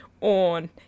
on